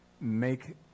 make